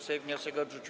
Sejm wniosek odrzucił.